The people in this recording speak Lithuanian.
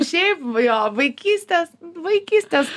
šiai jo vaikystės vaikystės